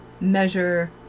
measure